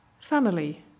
Family